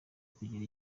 kugera